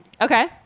Okay